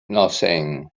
nothing